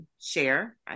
Share